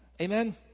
Amen